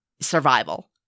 survival